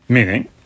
Meaning